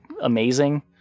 amazing